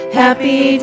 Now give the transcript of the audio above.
happy